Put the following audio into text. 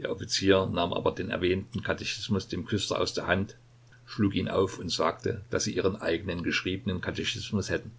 der offizier nahm aber den erwähnten katechismus dem küster aus der hand schlug ihn auf und sagte daß sie ihren eigenen geschriebenen katechismus hätten